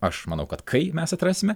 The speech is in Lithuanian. aš manau kad kai mes atrasime